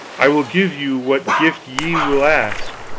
i will give you what gift ye will ask.